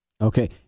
Okay